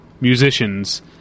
musicians